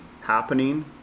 happening